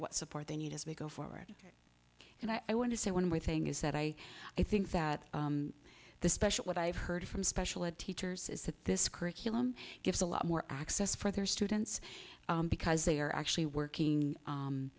what support they need as we go forward and i want to say one way thing is that i i think that the special what i've heard from special ed teachers is that this curriculum gives a lot more access for their students because they are actually working